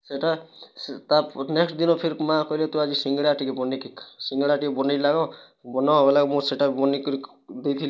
ସେଇଟା ସେ ତା ନେକ୍ସଟ ଦିନ ଫିର୍ ମାଁ କହିଲେ ତୁ ଆଜି ସିଙ୍ଗଡ଼ା ଟିକେ ବନାଇକି ଖା ସିଙ୍ଗଡ଼ା ଟିକେ ବନାଇଲା ଗୋ ବନାଓ ବଲେ ମୁଁ ସେଇଟା ବନାଇକି ଦେଇଥିଲି